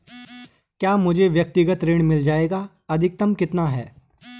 क्या मुझे व्यक्तिगत ऋण मिल जायेगा अधिकतम कितना?